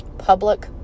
public